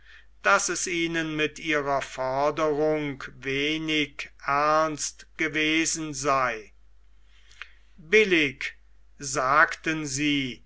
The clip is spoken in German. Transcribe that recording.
daß es ihnen mit ihrer forderung wenig ernst gewesen sei billig sagten sie